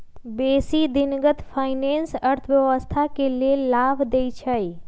बेशी दिनगत फाइनेंस अर्थव्यवस्था के लेल लाभ देइ छै